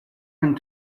him